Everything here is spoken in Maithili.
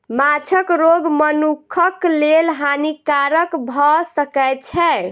माँछक रोग मनुखक लेल हानिकारक भअ सकै छै